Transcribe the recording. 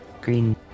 green